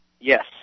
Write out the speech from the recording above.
Yes